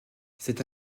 cette